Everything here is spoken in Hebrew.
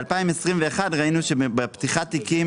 ב-2021 ראינו שבפתיחת תיקים,